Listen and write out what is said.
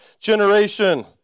generation